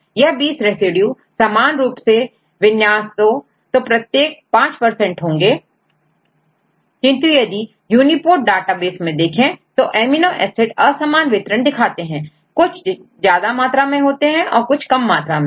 यह 20 रेसिड्यू समान रूप से विन्यास होequally distributed तो प्रत्येक5 होंगे किंतु हम यूनीपोर्ट डेटाबेस में देखें तो एमिनो एसिड असमान वितरण दिखाते हैं कुछ ज्यादा मात्रा में और कुछ कम मात्रा में होते हैं